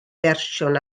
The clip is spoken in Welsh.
fersiwn